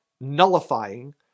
nullifying